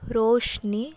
Roshini